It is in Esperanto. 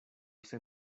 sen